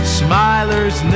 smilers